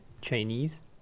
Chinese